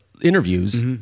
interviews